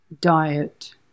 diet